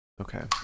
Okay